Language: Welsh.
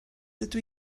dydw